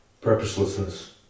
purposelessness